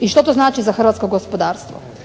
i što to znači za Hrvatsko gospodarstvo.